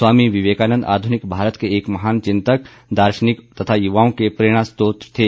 स्वामी विवेकानंद आधुनिक भारत के एक महान चिंतक दार्शनिक तथा युवाओं के प्रेरणास्त्रोत थे